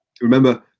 Remember